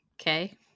Okay